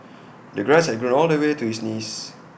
the grass had grown all the way to his knees